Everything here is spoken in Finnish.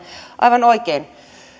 aivan oikein